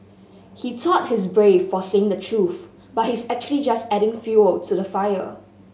he thought he's brave for saying the truth but he's actually just adding fuel to the fire